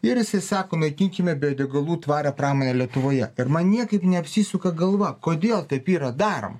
ir jisai sako naikinkime biodegalų tvarią pramonę lietuvoje ir man niekaip neapsisuka galva kodėl taip yra daroma